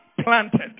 planted